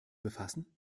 befassen